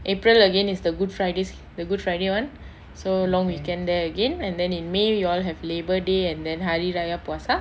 april again is the good fridays the good friday one so long weekend there again and then in may you all have labour day and then hari raya puasa